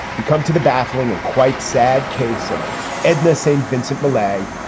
we come to the baffling and quite sad case of edna st. vincent millay,